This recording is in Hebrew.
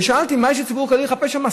ושאלתי: מה יש לציבור הכללי לחפש שם?